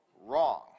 wrong